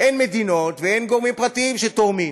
אין מדינות ואין גורמים פרטיים שתורמים.